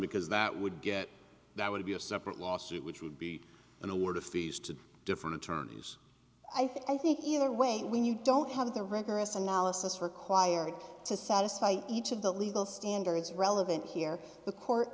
because that would get that would be a separate lawsuit which would be awarded fees to different attorneys i think either way when you don't have the rigorous analysis required to satisfy each of the legal standards relevant here the court